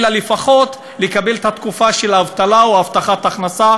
אלא לפחות לקבל את התקופה של האבטלה או הבטחת הכנסה,